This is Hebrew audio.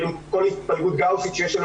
על הצורך של התעשייה וידבר על התהליך שעברנו שם,